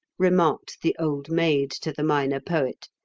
remarked the old maid to the minor poet,